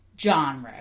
genre